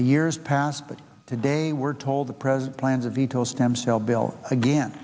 a years past but today we're told the president plans a veto stem cell bill again